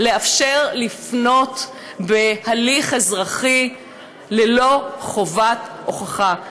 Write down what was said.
לאפשר לפנות בהליך אזרחי ללא חובת הוכחה.